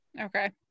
Okay